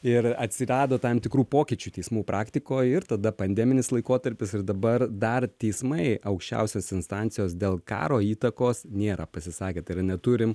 ir atsirado tam tikrų pokyčių teismų praktikoj ir tada pandeminis laikotarpis ir dabar dar teismai aukščiausios instancijos dėl karo įtakos nėra pasisakę tai yra neturim